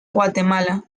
guatemala